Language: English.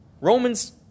Romans